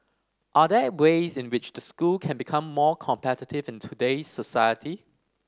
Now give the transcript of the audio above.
are there ways in which the school can become more competitive in today's society